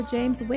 James